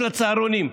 של הצהרונים,